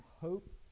hope